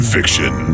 Fiction